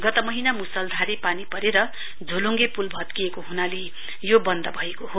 गत महीना मुसलधारे पानी परेर झोलुङगे फुल भत्किएको हुनाले यो बन्द भएको हो